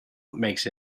makes